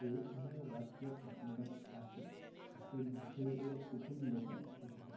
एकं वाक्यं प्रसिद्धम् आसीत् वसुधैव कुटुम्बकम् इतिः